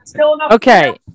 okay